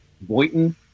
Boynton